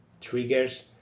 triggers